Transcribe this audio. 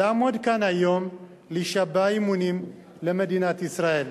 לעמוד כאן היום, להישבע אמונים למדינת ישראל?